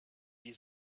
wie